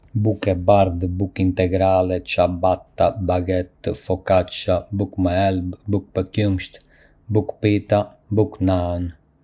Ka shumë lloje bukësh, si bukë e bardhë, bukë integrale, ciabatta, baguette, focaccia, bukë me elb, bukë me qumësht, bukë pita dhe bukë naan. Çdo lloj buke ka një teksturë dhe shije unike, të përdorura në kuzhina të ndryshme.